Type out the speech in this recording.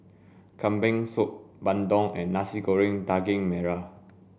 kambing soup bandung and nasi goreng daging merah